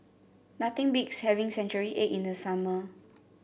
nothing beats having Century Egg in the summer